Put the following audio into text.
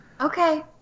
Okay